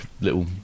little